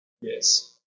Yes